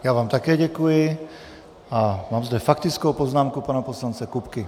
Já vám také děkuji a mám zde faktickou poznámku pana poslance Kupky.